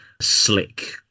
slick